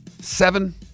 seven